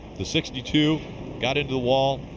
the sixty two got into the wall.